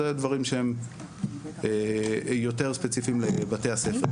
דברים שהם יותר ספציפיים לבתי הספר,